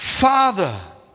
Father